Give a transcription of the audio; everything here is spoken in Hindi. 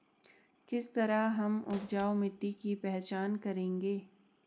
किस तरह हम उपजाऊ मिट्टी की पहचान करेंगे?